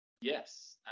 Yes